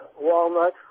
walnut